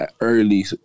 early